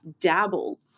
dabble